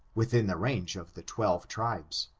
within the range of the twelve tribes.